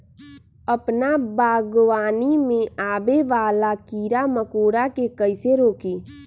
अपना बागवानी में आबे वाला किरा मकोरा के कईसे रोकी?